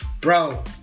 Bro